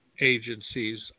agencies